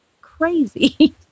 crazy